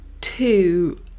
two